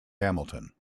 hamilton